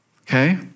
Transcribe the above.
okay